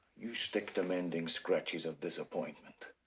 you stick to mending scratches of disappointment.